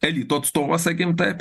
elito atstovas sakym taip